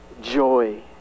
joy